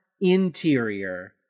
interior